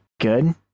good